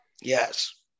yes